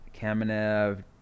Kamenev